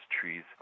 trees